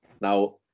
Now